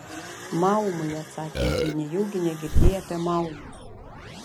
maumai atsakė ji nejaugi negirdėjai apie maumus